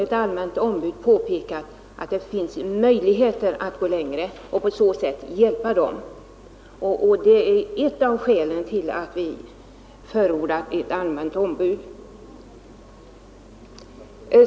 Ett allmänt ombud kunde påpeka att det finns möjligheter att gå längre och på så sätt hjälpa dem. Det är ett av skälen till att vi förordat ett allmänt ombud.